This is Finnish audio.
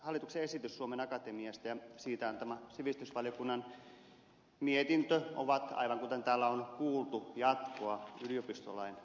hallituksen esitys suomen akatemiasta ja sivistysvaliokunnan siitä antama mietintö ovat aivan kuten täällä on kuultu jatkoa yliopistolain uudistamiselle